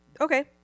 Okay